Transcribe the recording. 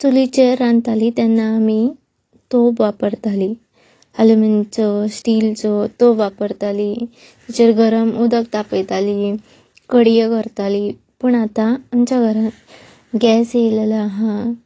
चुलीचेर रांदताली तेन्ना आमी तोप वापरताली आलुमिनीमचो स्टीलचो तोप वापरताली तेचेर गरम उदक तापयताली कडयो करताली पूण आतां आमच्या घरांत गॅस येयलेलो आहा